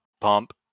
Pump